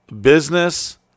business